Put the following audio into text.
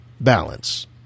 balance